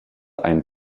einen